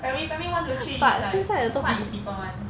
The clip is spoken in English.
primary primary one two three is like fight with people [one]